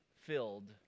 filled